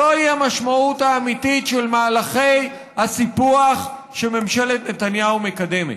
זוהי המשמעות האמיתית של מהלכי הסיפוח שממשלת נתניהו מקדמת.